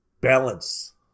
Balance